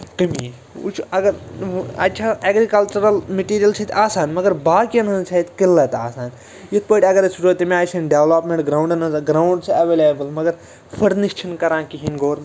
تہٕ میٲنۍ ووٚنۍ چھُ اَگر اَتہِ چھا اٮ۪گرِکَلچرَل مٮ۪ٹیٖریَل چھِ اتہِ آسان مَگر باقٮ۪ن ہنز چھِ اتہِ کِلت آسان یِتھ پٲٹھۍ اَگر أسۍ وٕچھو تَمہِ آیہِ چھِنہٕ ڈٮ۪لَپمٮ۪نٹ گروڈَن ہٕنز گراوُنڈ چھِ اٮ۪وٮ۪لٮ۪بٕل مَگر فٔرنِش چھُنہٕ کران کِہیٖنۍ گوٚرمٮ۪نٹ